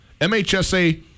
MHSA